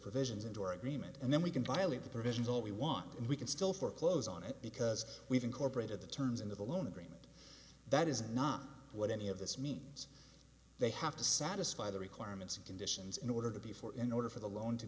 provisions into our agreement and then we can violate the provisions all we want and we can still foreclose on it because we've incorporated the terms into the loan agreement that is not what any of this means they have to satisfy the requirements of conditions in order to before in order for the loan to